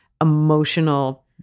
emotional